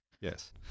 yes